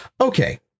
Okay